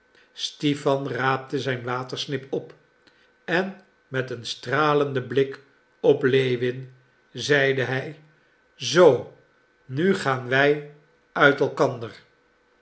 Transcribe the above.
stipan raapte zijn watersnip op en met een stralenden blik op lewin zeide hij zoo nu gaan wij uit elkander